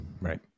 right